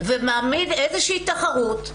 ומעמיד איזושהי תחרות,